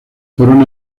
fueron